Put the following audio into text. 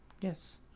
Yes